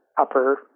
upper